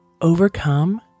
Overcome